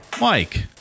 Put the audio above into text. Mike